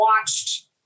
watched